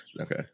Okay